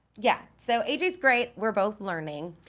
yeah, so ajay's great, we're both learning.